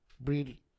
breed